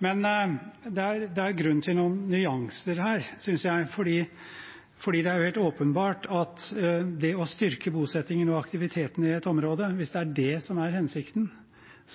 Men det er grunn til noen nyanser her, synes jeg, for det er helt åpenbart at hvis hensikten er å styrke bosettingen og aktiviteten i et område,